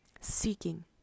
seeking